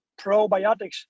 probiotics